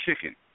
chicken